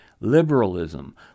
liberalism